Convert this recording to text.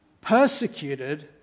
persecuted